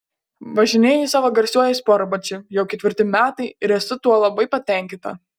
važinėju savo garsiuoju sportbačiu jau ketvirti metai ir esu tuo labai patenkinta